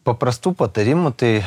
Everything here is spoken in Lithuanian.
paprastų patarimų tai